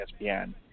ESPN